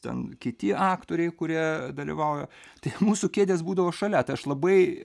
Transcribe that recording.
ten kiti aktoriai kurie dalyvauja tai mūsų kėdės būdavo šalia tai aš labai